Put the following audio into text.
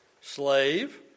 slave